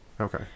okay